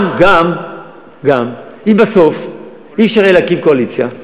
גם אם בסוף לא יהיה אפשר להקים קואליציה,